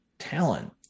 talent